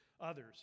others